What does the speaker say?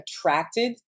attracted